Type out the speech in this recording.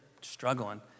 struggling